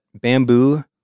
bamboo